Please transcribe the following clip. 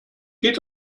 geht